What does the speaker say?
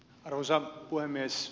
arvoisa puhemies